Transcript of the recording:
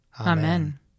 Amen